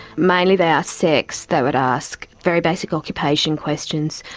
mainly they asked sex, they would ask very basic occupation questions.